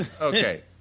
Okay